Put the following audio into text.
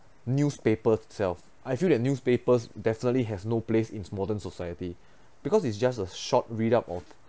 newspapers itself I feel that newspapers definitely has no place in modern society because is just a short read up of